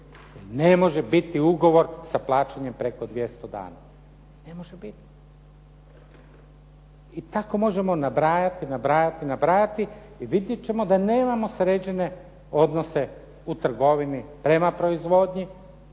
Ne može biti ugovor sa plaćanjem preko 200 dana. Ne može biti. I tako možemo nabrajati, nabrajati i vidjet ćemo da nemamo sređene odnose u trgovini prema proizvodnji